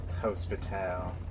Hospital